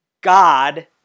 God